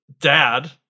dad